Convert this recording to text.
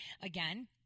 again